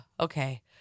okay